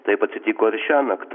taip atsitiko ir šiąnakt